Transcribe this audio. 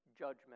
judgment